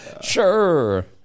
Sure